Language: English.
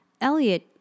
Elliot